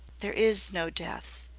there is no death,